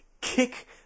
kick